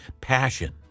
passion